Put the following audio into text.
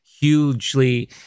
hugely